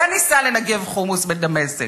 וניסע לנגב חומוס בדמשק,